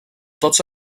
tots